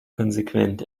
konsequent